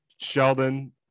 Sheldon